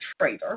trader